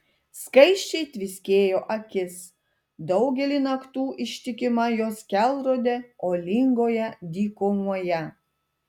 skaisčiai tviskėjo akis daugelį naktų ištikima jos kelrodė uolingoje dykumoje